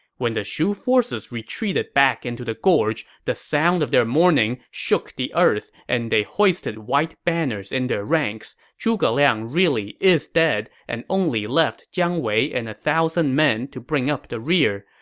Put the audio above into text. when the shu forces retreated back into the gorge, the sound of their mourning shook the earth, and they hoisted white banners in their ranks. zhuge liang really is dead and only left jiang wei and a thousand men to bring up the rear.